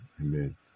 Amen